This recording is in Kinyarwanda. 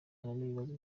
n’ibibazo